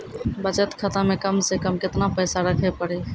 बचत खाता मे कम से कम केतना पैसा रखे पड़ी?